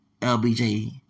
LBJ